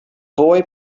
boy